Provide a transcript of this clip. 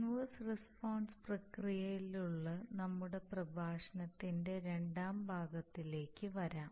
inverse response പ്രക്രിയകളിലുള്ള നമ്മളുടെ പ്രഭാഷണത്തിന്റെ രണ്ടാം ഭാഗത്തിലേക്ക് വരാം